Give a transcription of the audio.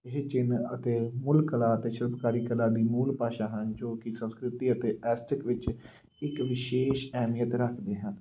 ਇਹ ਚਿੰਨ੍ਹ ਅਤੇ ਮੂਲ ਕਲਾ ਅਤੇ ਸ਼ਿਲਪਕਾਰੀ ਕਲਾ ਦੀ ਮੂਲ ਭਾਸ਼ਾ ਹਨ ਜੋ ਕਿ ਸੰਸਕ੍ਰਿਤੀ ਅਤੇ ਐਸਚਿਕ ਵਿੱਚ ਇੱਕ ਵਿਸ਼ੇਸ਼ ਅਹਿਮੀਅਤ ਰੱਖਦੇ ਹਨ